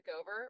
over